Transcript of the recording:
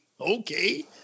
Okay